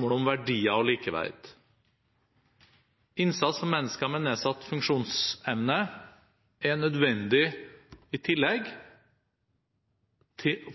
om verdier og likeverd. Innsats for mennesker med nedsatt funksjonsevne er nødvendig